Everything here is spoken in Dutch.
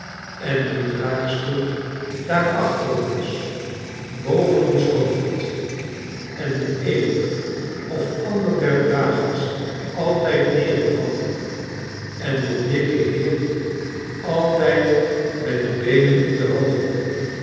en die draagstoel daar achter ons boven ons hoofd en de een of de ander der dragers altijd neergevallen en de dikke heer altijd met de beenen in de hoogte